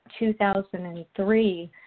2003